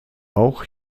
auch